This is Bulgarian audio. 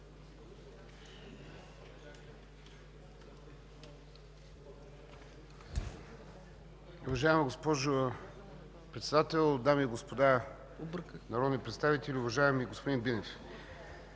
Уважаема госпожо Председател, дами и господа народни представители! Уважаеми господин Бинев,